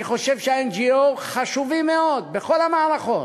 אני חושב שה-NGO חשובים מאוד, בכל המערכות,